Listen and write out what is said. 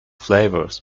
flavors